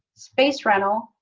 space rental,